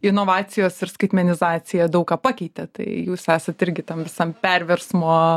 inovacijos ir skaitmenizacija daug ką pakeitė tai jūs esat irgi tam visam perversmo